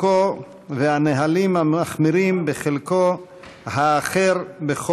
מחוף אכזיב והנהלים המחמירים בחלקו האחר.